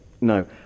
no